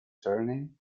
surname